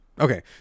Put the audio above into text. Okay